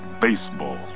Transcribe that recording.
baseball